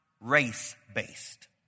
race-based